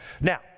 Now